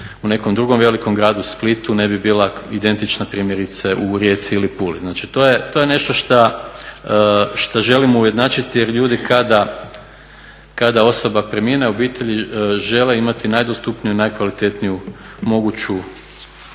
u nekom drugom velikom gradu, Splitu ne bi bila identična primjerice u Rijeci ili Puli. Znači to je nešto šta želimo ujednačiti jer ljudi kada osoba premine obitelji žele imati najdostupniju, najkvalitetniju moguću